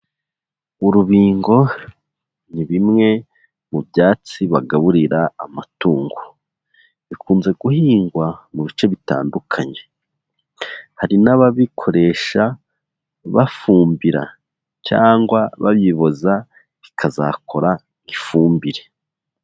Urubingo ni bimwe mu byatsi bagaburira amatungo. Bikunze guhingwa mu bice bitandukanye. Hari n'ababikoresha bafumbira cyangwa babiboza, bikazakora ifumbire.